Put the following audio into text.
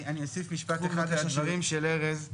אני אוסיף אחד משפט על הדברים של ארז.